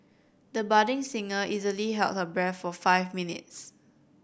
the budding singer easily held her breath for five minutes